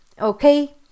Okay